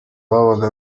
babaga